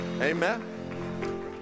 Amen